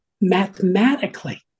mathematically